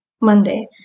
Monday